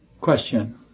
question